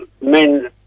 men